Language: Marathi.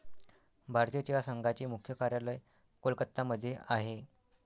भारतीय चहा संघाचे मुख्य कार्यालय कोलकत्ता मध्ये आहे